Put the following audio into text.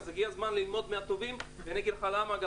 אז הגיע הזמן ללמוד מהטובים ואני אגיד לך למה,